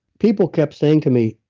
people kept saying to me,